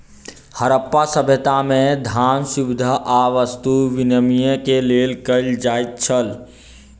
हरप्पा सभ्यता में, धान, सुविधा आ वस्तु विनिमय के लेल कयल जाइत छल